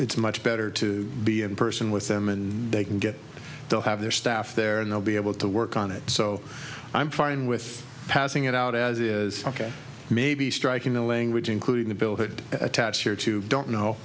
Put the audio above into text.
it's much better to be in person with them and they can get to have their staff there and they'll be able to work on it so i'm fine with passing it out as it is ok maybe striking the language including the bill could attach here too don't know